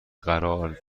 قرار